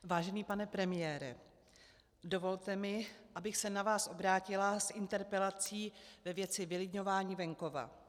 Vážený pane premiére, dovolte mi, abych se na vás obrátila s interpelací ve věci vylidňování venkova.